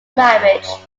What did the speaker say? marriage